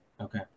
Okay